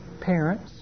parents